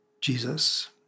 Jesus